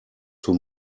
too